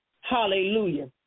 Hallelujah